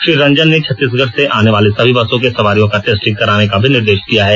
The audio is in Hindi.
श्री रंजन ने छत्तीसगढ़ से आनेवाले सभी बसों को सवारियों का टेस्टिंग कराने का भी निर्देश दिया है